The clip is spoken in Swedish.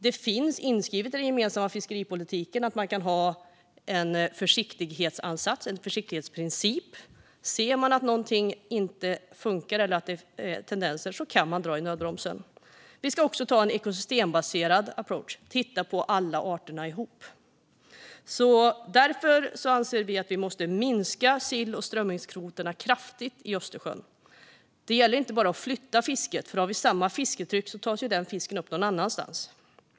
Det finns inskrivet i den gemensamma fiskeripolitiken att man kan ha en försiktighetsansats, en försiktighetsprincip. Ser man tendenser till att någonting inte funkar kan man dra i nödbromsen. Vi ska också ta en ekosystembaserad approach och titta på alla arterna ihop. Därför anser vi att vi måste minska sill och strömmingskvoterna kraftigt i Östersjön. Det går inte att bara flytta fisket, för om vi har samma fisketryck tas ju den fisken upp någon annanstans.